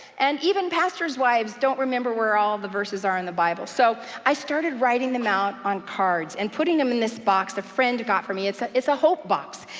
and even pastor's wives don't remember where all of the verses are in the bible. so, i started writing them out on cards, and putting them in this box a friend got for me. it's ah it's a hope box,